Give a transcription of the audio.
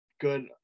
good